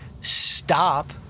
stop